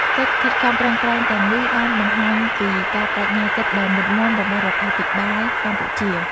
កិច្ចខិតខំប្រឹងប្រែងទាំងនេះបានបង្ហាញពីការប្តេជ្ញាចិត្តដ៏មុតមាំរបស់រដ្ឋាភិបាលកម្ពុជា។